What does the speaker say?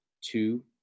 two